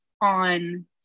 on